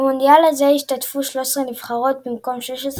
במונדיאל זה השתתפו 13 נבחרות במקום 16,